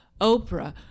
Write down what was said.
Oprah